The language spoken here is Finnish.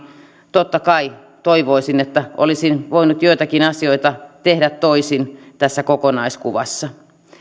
totta kai toivoisin että olisin voinut joitakin asioita tehdä toisin tässä kokonaiskuvassa